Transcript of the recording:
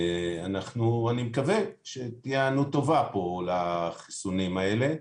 אני מקווה שתהיה היענות טובה פה לחיסונים האלה.